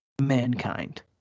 Mankind